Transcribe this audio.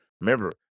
Remember